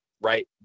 right